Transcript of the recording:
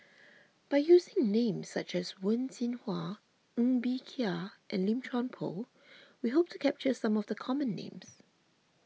by using names such as Wen Jinhua Ng Bee Kia and Lim Chuan Poh we hope to capture some of the common names